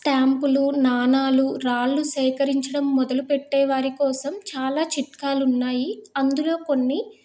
స్టాంపులు నాణాలు రాళ్ళు సేకరించడం మొదలు పెట్టేవారి కోసం చాలా చిట్కాలు ఉన్నాయి అందులో కొన్ని